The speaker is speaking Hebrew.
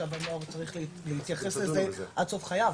הנוער צריך להתייחס לזה עד סוף חייו